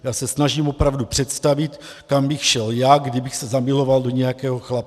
Já se snažím opravdu si představit, kam bych šel já, kdybych se zamiloval do nějakého chlapa.